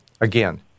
again